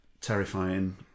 terrifying